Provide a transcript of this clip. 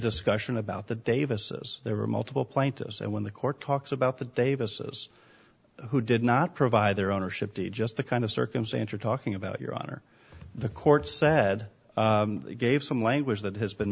discussion about the davis there were multiple plaintiffs and when the court talks about the davis who did not provide their ownership to just the kind of circumstance you're talking about your honor the court said gave some language that has been